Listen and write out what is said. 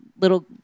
little